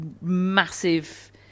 massive